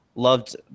Loved